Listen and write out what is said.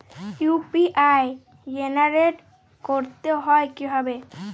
UPI generate করতে হয় কিভাবে?